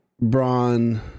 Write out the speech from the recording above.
Braun